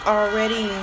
already